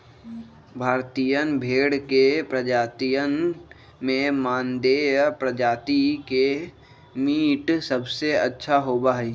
भारतीयन भेड़ के प्रजातियन में मानदेय प्रजाति के मीट सबसे अच्छा होबा हई